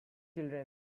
children